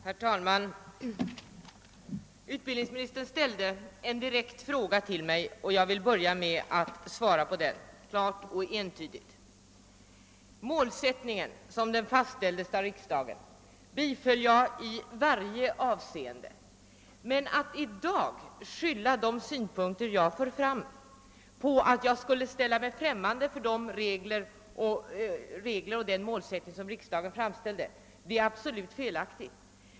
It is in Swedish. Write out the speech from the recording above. Herr talman! Utbildningsministern ställde en direkt fråga till mig, och jag vill börja med att svara på den klart och entydigt. Målsättningen, som den fastställdes av riksdagen, biträdde jag i varje avseende. Det är absolut felaktigt att säga att de synpunkter jag i dag för fram innebär att jag skulle ställa mig främmande för de regler och den målsättning som riksdagen fastställde.